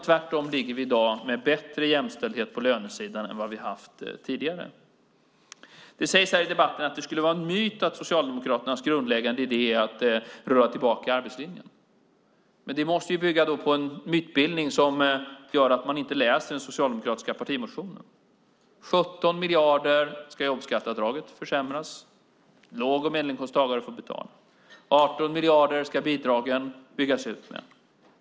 Tvärtom har vi i dag bättre jämställdhet på lönesidan än vad vi har haft tidigare. Det sägs i debatten att det skulle vara en myt att Socialdemokraternas grundläggande idé är att rulla tillbaka arbetslinjen. Det måste bygga på en mytbildning som gör att man inte läser den socialdemokratiska partimotionen. Jobbskatteavdraget ska försämras med 17 miljarder. Låg och medelinkomsttagare får betala. Bidragen ska byggas ut med 18 miljarder.